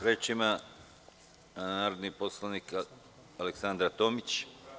Reč ima narodni poslanik Aleksandra Tomić.